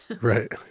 Right